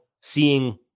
seeing